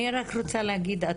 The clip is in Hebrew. אני רק רוצה להגיד משהו,